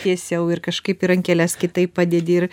tiesiau ir kažkaip ir rankelias kitaip padedi ir